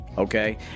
Okay